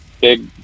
big